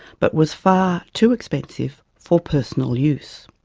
but was far too expensive for personal use.